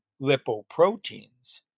lipoproteins